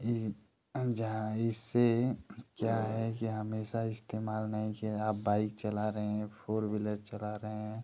यह जहाँ इससे क्या है कि हमेशा इस्तेमाल नहीं किया आप बाइक चला रहे हैं फ़ोर व्हीलर चला रहे हैं